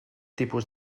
tipus